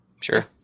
sure